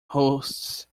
hosts